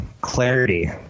clarity